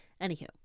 Anywho